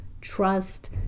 trust